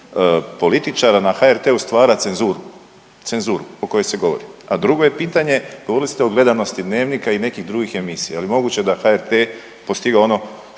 političara na HRT-u stvara cenzuru, cenzuru o kojoj se govori. A drugo je pitanje govorili ste o gledanosti Dnevnika i nekih drugih emisija, je li moguće da HRT postigao ono